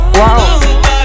wow